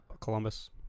Columbus